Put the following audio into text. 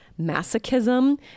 masochism